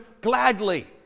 gladly